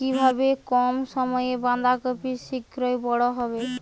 কিভাবে কম সময়ে বাঁধাকপি শিঘ্র বড় হবে?